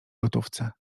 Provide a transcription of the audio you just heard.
gotówce